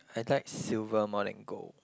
I like silver more than gold